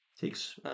takes